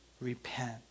repent